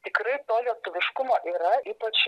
tikrai to lietuviškumo yra ypač